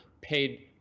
paid